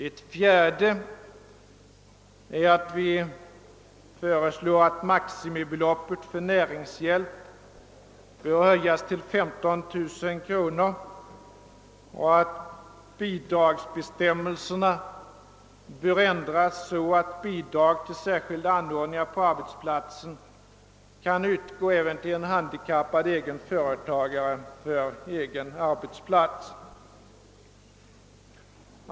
Ett fjärde är att maximibeloppet för näringshjälp bör höjas till 15 000 kronor och att bidragsbestämmelserna bör ändras så, att bidrag till särskilda anordningar på arbetsplatsen kan utgå även till en handikappad egen företagare för egen arbetsplats.